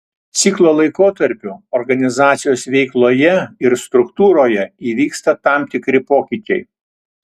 ciklo laikotarpiu organizacijos veikloje ir struktūroje įvyksta tam tikri pokyčiai